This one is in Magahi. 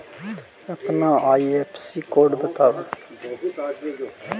अपना आई.एफ.एस.सी कोड बतावअ